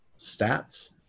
stats